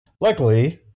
Luckily